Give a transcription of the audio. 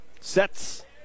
sets